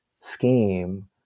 scheme